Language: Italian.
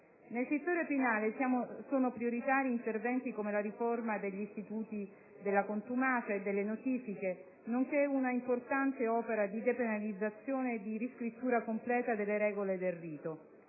Nel settore penale, sono prioritari interventi come la riforma degli istituti della contumacia e delle notifiche, nonché una importante opera di depenalizzazione e di riscrittura completa delle regole del rito.